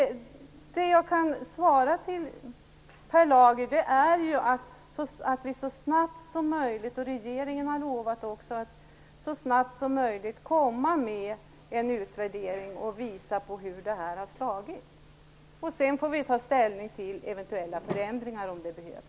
Det svar jag kan ge Per Lager är att vi så snabbt som möjligt skall få fram en utvärdering som visar hur detta har slagit, vilket regeringen också har lovat. Sedan får vi ta ställning till om det behöver göras eventuella förändringar.